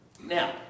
Now